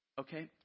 Okay